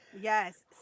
Yes